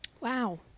Wow